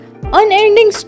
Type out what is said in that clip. unending